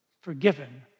forgiven